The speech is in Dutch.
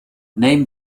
neem